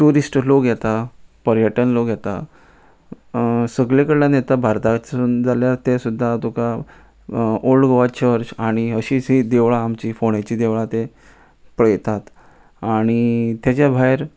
tourist लोक येता पर्यटन लोक येता सगले कडल्यान येता भारतासून जाल्यार ते सुद्दां तुका ओल्ड गोवा चर्च आनी अशी देवळां आमची फोंडेची देवळां पळयतात आनी तेज्या भायर